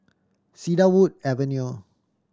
Cedarwood Avenue